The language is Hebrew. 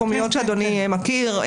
כמו שעשינו עם הרשויות המקומיות שאדוני מכיר.